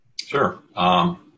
Sure